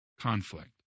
conflict